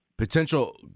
Potential